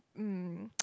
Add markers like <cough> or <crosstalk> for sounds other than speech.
um <noise>